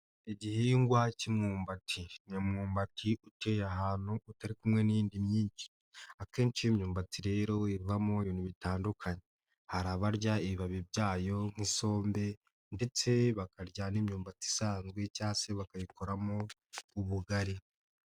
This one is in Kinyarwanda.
Igihingwa cy'imyumba. Ni umwumbati uteyeye ahantu utari kumwe n'indi. Akenshi imyumbati rero wirwamo ibintu bitandukanye. Hari abarya ibibabi byayo nk'isombe ndetse bakarya n'imyumbati isanzwe cyangwa se bakayikoramo ubugari.